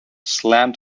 slammed